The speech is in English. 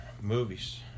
Movies